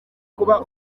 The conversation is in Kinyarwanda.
kuba